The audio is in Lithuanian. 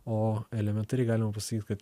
o elementariai galima pasakyt kad